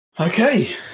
Okay